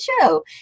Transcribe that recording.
show